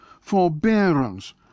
forbearance